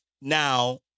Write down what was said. Now